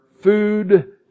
food